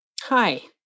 Hi